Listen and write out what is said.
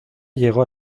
llegó